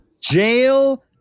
jail